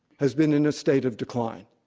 has been in a state of decline.